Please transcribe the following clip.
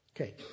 Okay